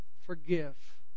forgive